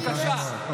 בבקשה.